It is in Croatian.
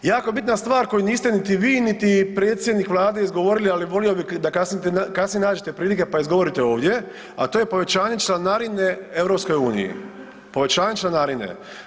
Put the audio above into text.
Jako bitna stvar koju niste niti vi, niti predsjednik vlade izgovorili, ali volio bi da kasnije nađete prilike, pa izgovorite ovdje, a to je povećanje članarine EU, povećanje članarine.